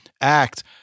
act